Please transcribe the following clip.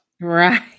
Right